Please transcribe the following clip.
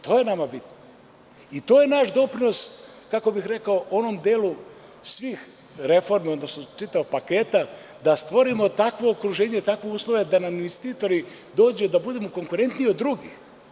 To je nama bitno i to je naš doprinos onom delu svih reformi, odnosno čitavog paketa, da stvorimo takvo okruženje, takve uslove da nam investitori dođu, da budemo konkurentniji od drugih.